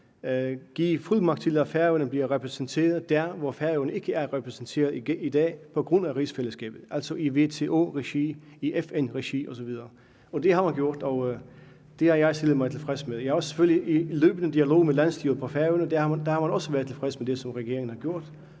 give fuldmagt til, at Færøerne bliver repræsenteret der, hvor Færøerne ikke er repræsenteret i dag på grund af rigsfællesskabet, altså i WTO-regi, i FN-regi osv. Det har man gjort, og det har jeg stillet mig tilfreds med. Jeg er selvfølgelig i løbende dialog med landsstyret på Færøerne, og der har man også været tilfreds med det, som regeringen har gjort,